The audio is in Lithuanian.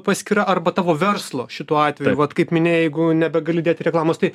paskyra arba tavo verslo šitu atveju vat kaip minėjai jeigu nebegali dėt reklamos tai